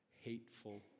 hateful